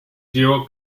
duo